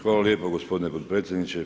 Hvala lijepa gospodine potpredsjedniče.